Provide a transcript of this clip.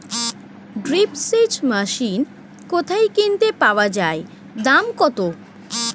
Drip সেচ machine কোথায় কিনতে পাওয়া যায় দাম কত?